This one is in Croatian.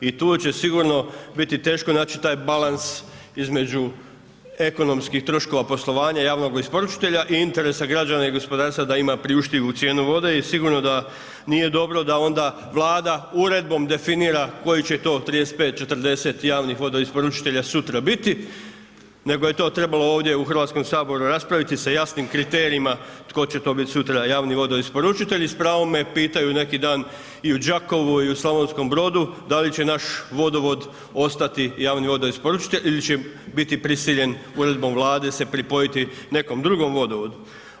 I tu će sigurno biti teško naći taj balans između ekonomskih troškova poslovanja javnoga isporučitelja i interesa građana i gospodarstva da ima priuštivu cijenu vode i sigurno da nije dobro da onda Vlada uredbom definira kojih će to 35, 40 javnih vodoisporučitelja sutra biti nego je to trebalo ovdje u Hrvatskom saboru raspraviti sa jasnim kriterijima tko će to biti sutra javni vodoisporučitelj i s pravom me pitaju neki dan i u Đakovu i u Slavonskom Brodu, da li će naš vodovod ostati javni vodoisporučitelj ili će biti prisiljen uredbom Vlade se pripojiti nekom drugom vodovodu.